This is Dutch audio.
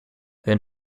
hun